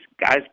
guys